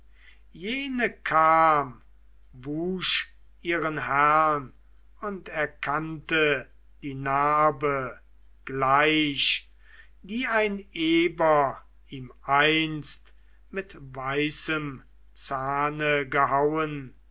jene kam wusch ihren herrn und erkannte die narbe gleich die ein eber ihm einst mit weißem zahne gehauen